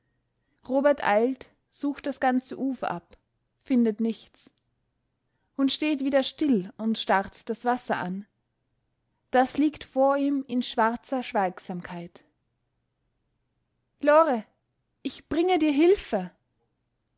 robert eilt sucht das ganze ufer ab findet nichts und steht wieder still und starrt das wasser an das liegt vor ihm in schwarzer schweigsamkeit lore ich bringe dir hilfe